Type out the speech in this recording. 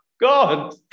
God